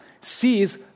sees